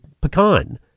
pecan